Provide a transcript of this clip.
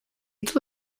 todo